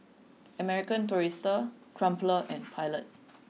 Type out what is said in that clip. American Tourister Crumpler and Pilot